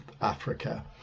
Africa